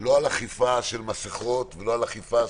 לא על אכיפה של מסכות או של